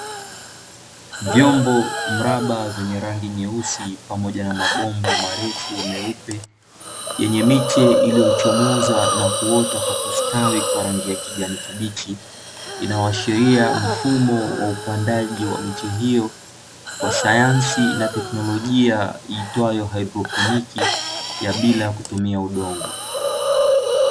Vyombo mraba vyenye rangi nyeusi pamoja na mabomba marefu meupe, yenye miche iliyochomoza na kuota kwa kustawi kwa rangi ya kijani kibichi. Inayoashiria mfumo wa upandaji wa miche hiyo, kwa sayansi na teknolojia iitwayo "haidroponiki, ya bila kutumia udongo.